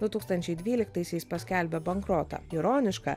du tūkstančiai dvyliktaisiais paskelbė bankrotą ironiška